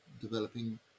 developing